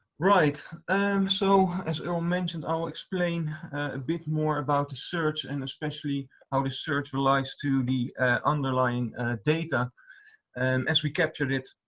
right, and so as earle mentioned i'll explain a bit more about the search and especially how the search relies to the underlying data and as we captured it